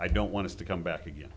i don't want to come back again